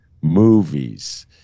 movies